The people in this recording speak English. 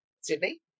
Sydney